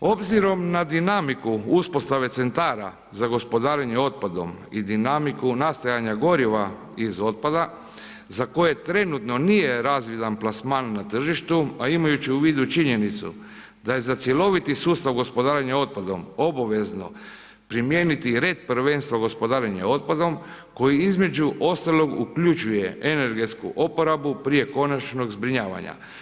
Obzirom na dinamiku uspostavu centara za gospodarenjem otpadom i dinamiku nastajanje goriva iz otpada, za koje trenutno nije razvidan plasman na tržištu a imajući u vidu činjenicu da je za cjeloviti sustav gospodarenje otpadom obavezno primijeniti red prvenstva gospodarenje otpadom koji između ostalog uključuje energetsku oporabu prije konačnog zbrinjavanja.